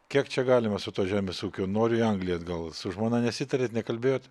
kiek čia galima su tuo žemės ūkiu noriu į angliją atgal su žmona nesitarėt nekalbėjot